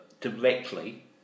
directly